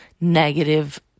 negative